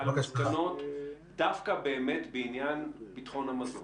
המסקנות דווקא באמת בעניין ביטחון המזון